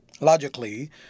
Logically